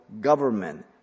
government